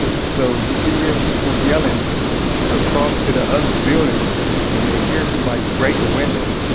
so you can hear people yelling across to the other building when they hear somebody break a window,